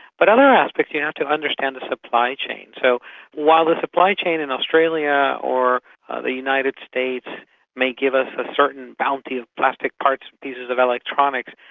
but other aspects, you have to understand the supply chain. so while the supply chain in australia or the united states may give us a certain bounty of plastic parts, pieces of electronics,